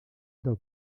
del